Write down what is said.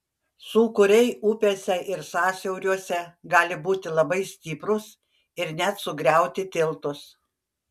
sūkuriai upėse ir sąsiauriuose gali būti labai stiprūs ir net sugriauti tiltus